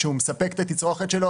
כשמספק את התצרוכת שלו,